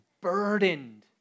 burdened